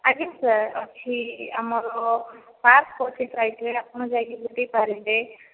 ଆଜ୍ଞା ସାର୍ ଅଛି ଆମର ପାର୍କ ଅଛି ସାଇଡ଼୍ରେ ଆପଣ ଯାଇକି ବୁଲି ପାରିବେ